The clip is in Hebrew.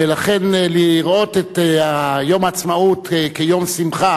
ולכן לראות את יום העצמאות כיום שמחה